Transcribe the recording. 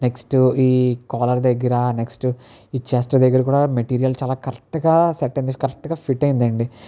next ఈ collar దగ్గర next ఈ చెస్ట్ దగ్గర కూడా మెటీరియల్ చాలా కరెక్ట్గా సెట్ అయింది కరెక్ట్గా ఫిట్ అయింది అండి